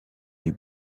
les